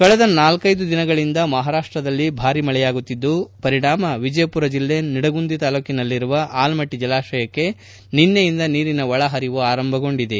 ಕಳೆದ ನಾಲ್ಟೆದು ದಿನಗಳಿಂದ ಮಹಾರಾಷ್ಟದಲ್ಲಿ ಭಾರೀ ಮಳೆಯಾಗುತ್ತಿದ್ದು ಪರಿಣಾಮ ವಿಜಯಪುರ ಜಿಲ್ಲೆ ನಿಡಗುಂದಿ ತಾಲ್ಲೂಕಿನಲ್ಲಿರುವ ಆಲಮಟ್ಟ ಜಲಾಶಯಕ್ಕೆ ನಿನ್ನೆಯಿಂದ ನೀರಿನ ಒಳ ಪರಿವು ಆರಂಭಗೊಂಡಿದೆ